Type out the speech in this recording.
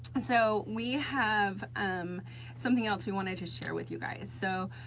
so we have um something else we wanted to share with you guys, so